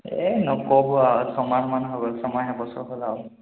এ নক'ব আৰু ছমাহমান হৈ গ'ল ছমাহ এবছৰ হ'ল আৰু